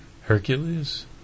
Hercules